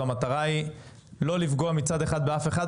המטרה היא לא לפגוע מצד אחד באף אחד,